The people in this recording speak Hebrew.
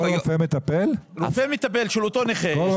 רופא מטפל של אותו נכה.